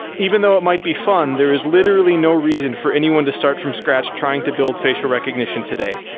even though it might be fun, there is literally no reason for anyone to start from scratch trying to build facial recognition today.